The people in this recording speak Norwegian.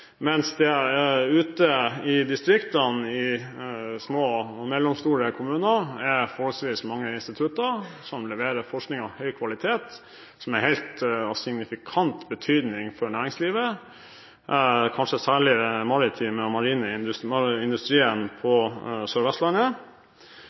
mens det ute i distriktene, i små og mellomstore kommuner, er forholdsvis mange institutter som leverer forskning av høy kvalitet, som er av helt signifikant betydning for næringslivet, kanskje særlig for den marine og maritime industrien på